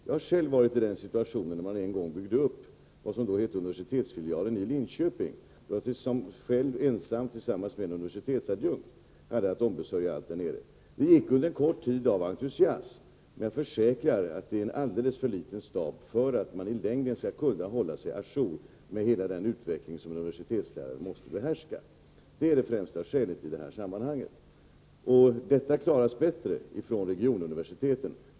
Jag har själv varit i den situationen när man en gång byggde upp vad som då hette universitetsfilialen i Linköping. Jag hade att ensam tillsammans med en universitetsadjunkt ombesörja allt där. Det gick under en kort tid av entusiasm, men jag försäkrar att det är en alldeles för liten stab för att man i längden skall kunna hålla sig å jour med hela den utveckling som en universitetslärare måste behärska. Det är det främsta skälet i det här sammanhanget. Detta klaras bättre från regionuniversiteten.